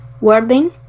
wording